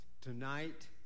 tonight